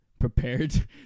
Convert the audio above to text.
prepared